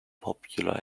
popular